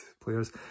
players